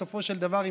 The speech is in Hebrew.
בסופו של דבר,